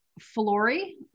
Flory